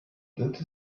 that